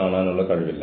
ഫലം വിലയിരുത്തുക